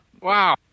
Wow